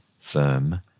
firm